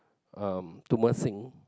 um to Mersing